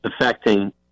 affecting